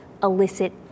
illicit